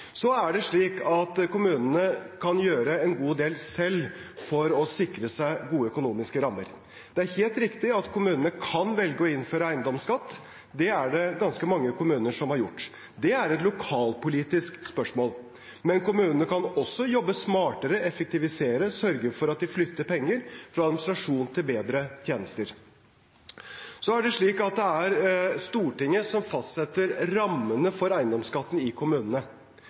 Kommunene kan gjøre en god del selv for å sikre seg gode økonomiske rammer. Det er helt riktig at kommunene kan velge å innføre eiendomsskatt. Det er det ganske mange kommuner som har gjort. Det er et lokalpolitisk spørsmål. Men kommunene kan også jobbe smartere, effektivisere, sørge for at de flytter penger fra administrasjon til bedre tjenester. Det er Stortinget som fastsetter rammene for eiendomsskatten i kommunene.